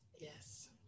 Yes